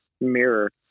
mirror